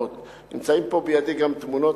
נמצאות פה בידי גם תמונות,